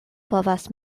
povas